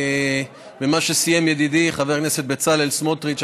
במה שסיים ידידי חבר הכנסת בצלאל סמוטריץ,